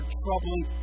troubling